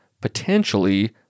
potentially